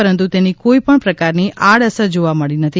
પરંતુ તેની કોઈપણ પ્રકારની આડઅસર જોવા મળી નથી